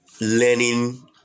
learning